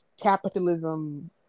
capitalism